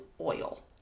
oil